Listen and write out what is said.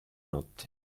notte